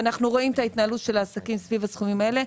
ואנחנו רואים את ההתנהלות של העסקים סביב הסכומים האלה,